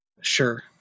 Sure